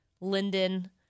Linden